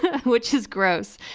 which is gross.